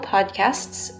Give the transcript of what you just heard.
Podcasts